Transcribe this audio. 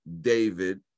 david